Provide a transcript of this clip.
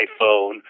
iPhone